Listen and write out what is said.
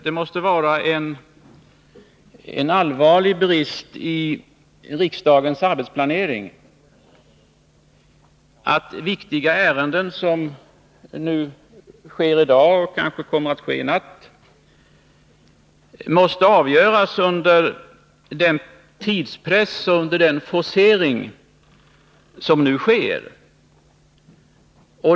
Det måste vara en allvarlig brist i riksdagens arbetsplanering när viktiga ärenden, som sker i dag och kanske i natt, avgörs under denna tidspress och forcering.